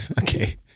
Okay